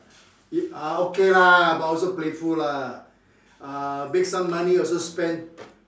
uh okay lah but I also playful lah ah make some money also spend